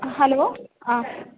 hello आ